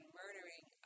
murdering